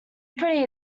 pretty